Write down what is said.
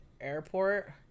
airport